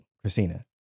Christina